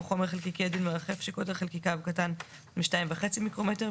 חומר חלקיקי עדין מרחף שקוטר חלקיקיו קטן מ-2.5 מיקרומטר,